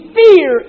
fear